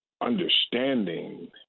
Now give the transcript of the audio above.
understanding